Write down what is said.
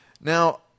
Now